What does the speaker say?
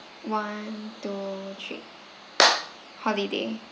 one two three holiday